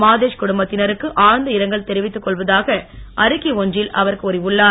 மாகேஷ் குடும்பத்தினருக்கு ஆழ்ந்த இரங்கல் தெரிவித்துக் கொள்வதாக அறிக்கை ஒன்றில் அவர் கூறியுள்ளார்